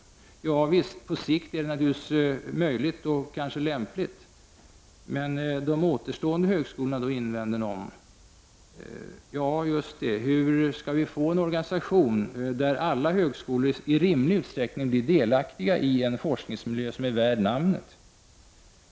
Ja visst, på sikt är det naturligtvis möjligt och kanske lämpligt. Men de återstående högskolorna då, invänder andra. Ja, just det! Hur skall vi få en organisation där alla högskolor i rimlig utsträckning blir delaktiga i en forskningsmiljö som är värd namnet?